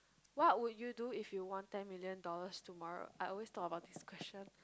what would you do if you won ten million dollars tomorrow I always thought about this question